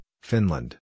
Finland